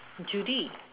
Judy